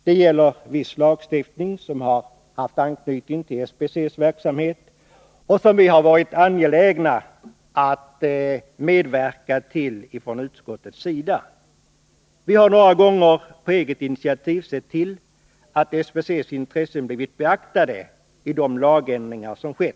Det gäller viss lagstiftning som haft anknytning till SBC:s verksamhet och som vi från utskottet varit angelägna att medverka till. Vi har några gånger, på eget initiativ, sett till att SBC:s intressen blivit beaktade i de lagändringar som gjorts.